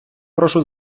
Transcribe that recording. прошу